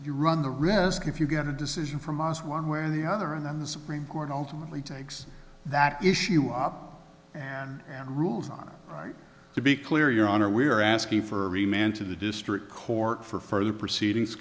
you run the risk if you get a decision from us one way or the other and then the supreme court ultimately takes that issue up and and rules are right to be clear your honor we are asking for every man to the district court for further proceedings